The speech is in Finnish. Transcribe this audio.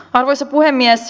arvoisa puhemies